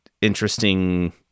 interesting